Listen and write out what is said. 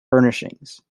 furnishings